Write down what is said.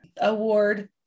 Award